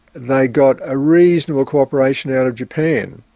they got a reasonable cooperation out of japan.